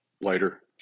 later